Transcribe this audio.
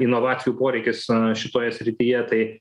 inovacijų poreikis šitoje srityje tai